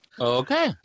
Okay